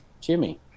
jimmy